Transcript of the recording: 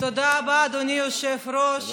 תודה רבה, אדוני היושב-ראש.